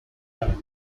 alto